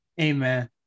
Amen